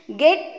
get